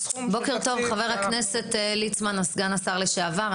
בוקר טוב חבר הכנסת ליצמן, סגן השר לשעבר.